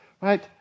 right